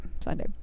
Sunday